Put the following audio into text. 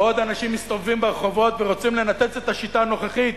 בעוד אנשים מסתובבים ברחובות ורוצים לנתץ את השיטה הנוכחית,